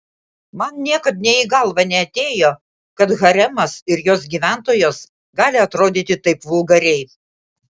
man niekad nė į galvą neatėjo kad haremas ir jos gyventojos gali atrodyti taip vulgariai